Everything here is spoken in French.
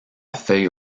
feuilles